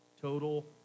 Total